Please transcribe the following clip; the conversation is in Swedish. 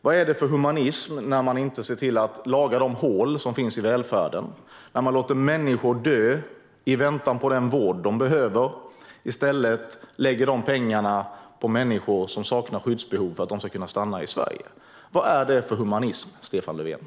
Vad är det för humanism när man inte ser till att laga de hål som finns i välfärden och låter människor dö i väntan på den vård de behöver och i stället lägger de pengarna på att människor som saknar skyddsbehov ska kunna stanna i Sverige? Vad är det för humanism, Stefan Löfven?